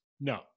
No